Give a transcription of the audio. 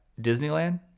Disneyland